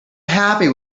happy